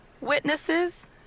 witnesses